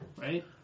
right